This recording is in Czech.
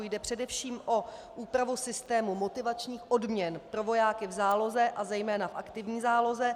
Jde především o úpravu systému motivačních odměn pro vojáky v záloze, a zejména v aktivní záloze.